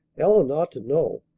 ellen ought to know.